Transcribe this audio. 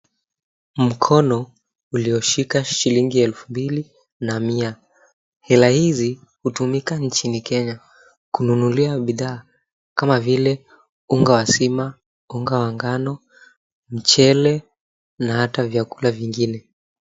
Mkono ulioshika shilingi elfu mbili na mia. Mia hizi hutumika nchini Kenya kununulia bidhaa kama vile unga wa sima, unga wa ngano, mchele na hata vyakula vingine.